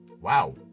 Wow